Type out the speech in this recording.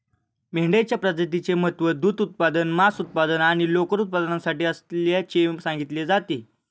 मेंढ्यांच्या प्रजातीचे महत्त्व दूध उत्पादन, मांस उत्पादन आणि लोकर उत्पादनासाठी असल्याचे सांगितले जाते